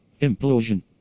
Implosion